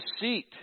deceit